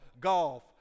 golf